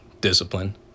discipline